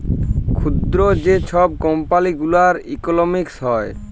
ক্ষুদ্র যে ছব কম্পালি গুলার ইকলমিক্স হ্যয়